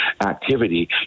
activity